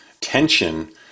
tension